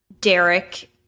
Derek